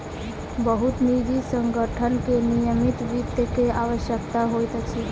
बहुत निजी संगठन के निगमित वित्त के आवश्यकता होइत अछि